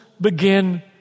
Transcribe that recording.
begin